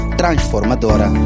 transformadora